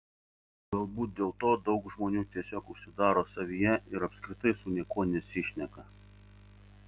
galbūt dėl to daug žmonių tiesiog užsidaro savyje ir apskritai su niekuo nesišneka